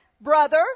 brother